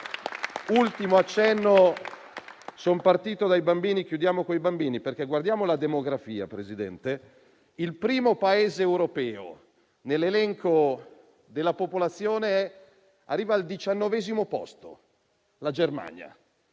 ultimo accenno: sono partito dai bambini e chiudo con i bambini. Guardiamo la demografia, Presidente: il primo Paese europeo nell'elenco della popolazione arriva al diciannovesimo posto, la Germania.